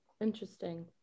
interesting